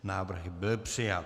Návrh byl přijat.